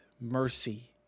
mercy